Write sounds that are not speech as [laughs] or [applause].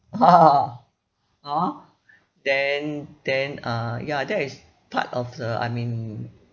[laughs] ah then then uh ya that is part of the I mean